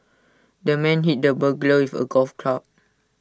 the man hit the burglar with A golf club